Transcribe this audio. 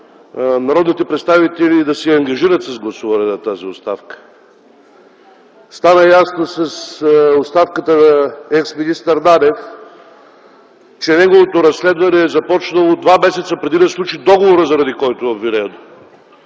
народните представители да се ангажират с гласуване на тази оставка. Стана ясно с оставката на ексминистър Нанев, че неговото разследване е започнало два месеца преди да сключи договора, заради който е обвинен,